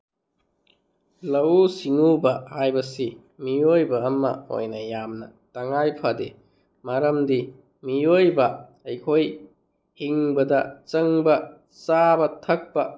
ꯂꯧꯎ ꯁꯤꯡꯎꯕ ꯍꯥꯏꯕꯁꯤ ꯃꯤꯑꯣꯏꯕ ꯑꯃ ꯑꯣꯏꯅ ꯌꯥꯝꯅ ꯇꯉꯥꯏ ꯐꯗꯦ ꯃꯔꯝꯗꯤ ꯃꯤꯑꯣꯏꯕ ꯑꯩꯈꯣꯏ ꯍꯤꯡꯕꯗ ꯆꯪꯕ ꯆꯥꯕ ꯊꯛꯄ